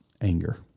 anger